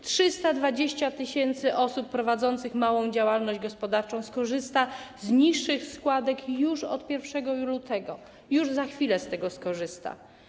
320 tys. osób prowadzących małą działalność gospodarczą skorzysta z niższych składek już od 1 lutego, już za chwilę z tego skorzysta.